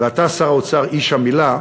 ואתה שר האוצר, איש המילה,